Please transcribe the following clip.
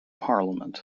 parliament